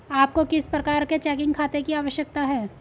आपको किस प्रकार के चेकिंग खाते की आवश्यकता है?